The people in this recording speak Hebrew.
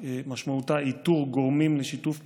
שמשמעותה איתור גורמים לשיתוף פעולה,